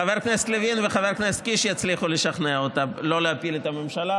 חבר הכנסת לוין וחבר הכנסת קיש יצליחו לשכנע אותה לא להפיל את הממשלה,